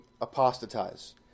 apostatize